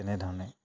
তেনেধৰণে